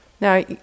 Now